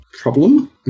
problem